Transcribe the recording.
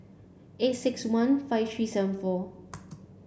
eight six one five three seven four